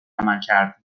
عملکرد